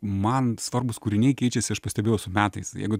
man svarbūs kūriniai keičiasi aš pastebėjau su metais jeigu